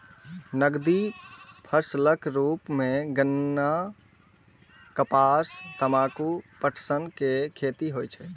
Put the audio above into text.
नकदी फसलक रूप मे गन्ना, कपास, तंबाकू, पटसन के खेती होइ छै